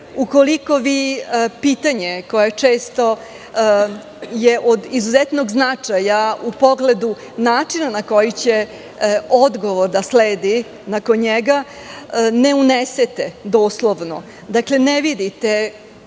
suđenju. Ukoliko vi pitanje, koje je često od izuzetnog značaja u pogledu načina na koji će odgovor da sledi nakon njega, ne unesete doslovno, ne vidite